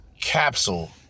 Capsule